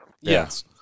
Yes